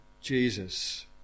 Jesus